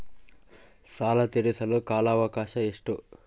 ಸಾಲ ತೇರಿಸಲು ಕಾಲ ಅವಕಾಶ ಎಷ್ಟು?